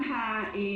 התכנון,